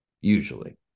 usually